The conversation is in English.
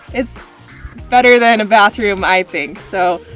it's better than a bathroom, i think. so,